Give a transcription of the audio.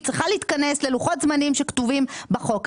צריכה להתכנס ללוחות זמנים שכתובים בחוק.